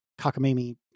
cockamamie